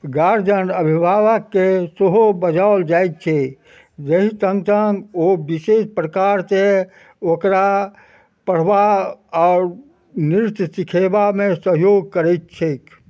guardian अभिभावकके सेहो बजाओल जाइत छैक जहि सङ्ग सङ्ग ओ विशेष प्रकारसँ ओकरा पढ़बा आओर नृत्य सिखेबामे सहयोग करैत छैक